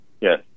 Yes